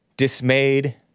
dismayed